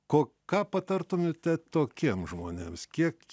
ko ką patartumėte tokiems žmonėms kiek